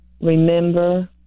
remember